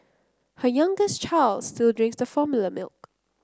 her youngest child still drinks the formula milk